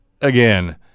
again